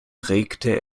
regte